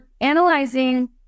analyzing